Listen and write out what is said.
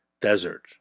desert